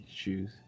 shoes